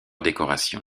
décoration